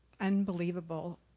unbelievable